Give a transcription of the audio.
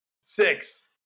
Six